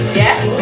yes